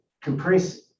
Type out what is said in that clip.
compress